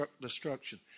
destruction